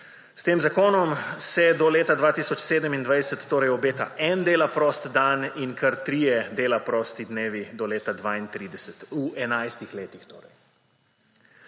S tem zakonom se do leta 2027 torej obeta en dela prost dan in kar tri dela prosti dnevi do leta 2032